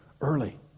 early